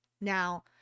Now